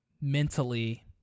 mentally